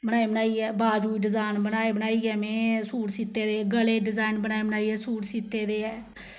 बनाई बनाइयै बाजू डिजाइन बनाई बनाइयै मैं सूट सीते दे गले दे डिजाइन बनाई बनाइयै सूट सीते दे ऐ